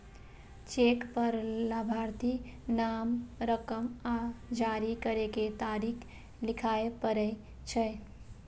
cheque पर लाभार्थीक नाम, रकम आ जारी करै के तारीख लिखय पड़ै छै